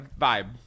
vibe